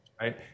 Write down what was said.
Right